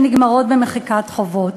שנגמרות במחיקת חובות.